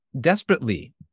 desperately